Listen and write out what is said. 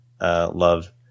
love